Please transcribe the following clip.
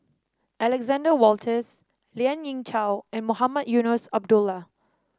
Alexander Wolters Lien Ying Chow and Mohamed Eunos Abdullah